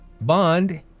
Bond